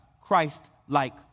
Christ-like